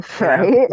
Right